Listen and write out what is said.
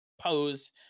pose